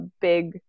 big